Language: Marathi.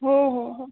हो हो हो